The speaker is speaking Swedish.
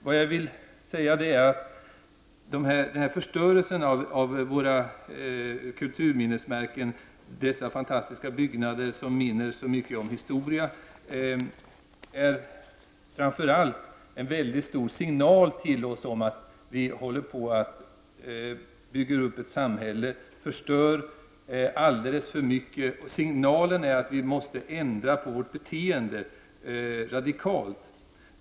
Vad jag vill säga att förstörelsen av våra kulturminnesmärken, dessa fantastiska byggnader som påminner så mycket om historia, är framför allt en viktig signal till oss om att vi håller på att bygga upp ett samhälle som förstör alldeles för mycket. Signalen är att vi måste ändra vårt beteende radikalt.